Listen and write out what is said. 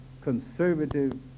conservative